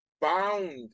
bound